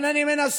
לכן אני מנסה